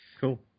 Cool